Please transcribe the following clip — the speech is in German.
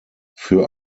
für